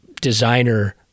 designer